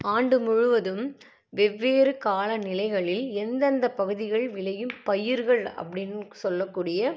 ஆண்டு முழுவதும் வெவ்வேறு காலநிலைகளில் எந்தெந்த பகுதிகள் விளையும் பயிர்கள் அப்படின்னு சொல்லக்கூடிய